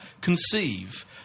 conceive